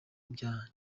bya